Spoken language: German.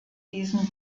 diesem